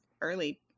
early